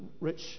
rich